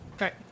Right